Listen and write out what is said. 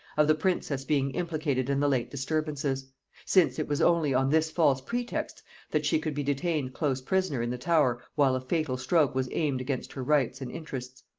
of the princess being implicated in the late disturbances since it was only on this false pretext that she could be detained close prisoner in the tower while a fatal stroke was aimed against her rights and interests.